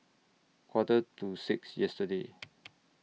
Quarter to six yesterday